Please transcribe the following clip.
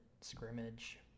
scrimmage